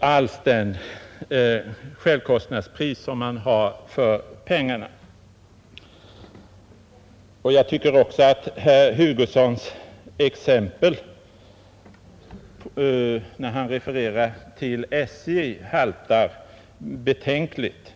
alls det självkostnadspris som man har för pengarna. Jag tycker också att herr Hugossons exempel, när han refererar till SJ, haltar betänkligt.